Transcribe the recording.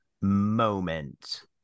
moment